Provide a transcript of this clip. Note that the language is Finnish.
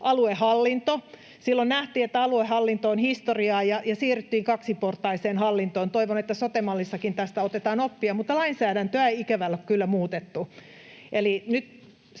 aluehallinto. Silloin nähtiin, että aluehallinto on historiaa, ja siirryttiin kaksiportaiseen hallintoon — toivon, että sote-mallissakin tästä otetaan oppia — mutta lainsäädäntöä ei ikävä kyllä muutettu.